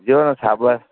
ꯌꯣꯠꯅ ꯁꯥꯕ